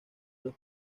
los